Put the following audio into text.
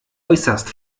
äußerst